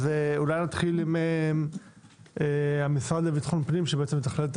נתחיל עם המשרד לביטחון פנים, שמתכלל את